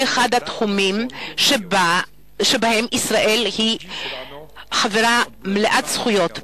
זה אחד התחומים שבהם ישראל היא חברה מלאת זכויות באיחוד.